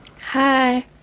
Hi